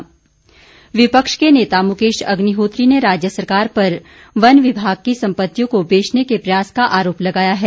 अग्निहोत्री विपक्ष के नेता मुकेश अग्निहोत्री ने राज्य सरकार पर वन विभाग की सम्पत्तियों को बेचने के प्रयास का आरोप लगाया है